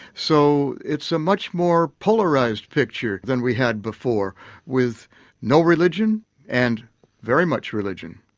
so it's a much more polarised picture than we had before with no religion and very much religion.